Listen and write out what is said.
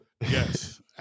Yes